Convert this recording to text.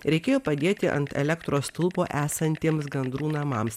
reikėjo padėti ant elektros stulpo esantiems gandrų namams